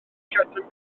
cerdyn